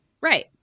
right